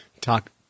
talk